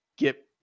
get